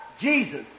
Jesus